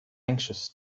anxious